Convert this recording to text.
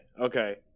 okay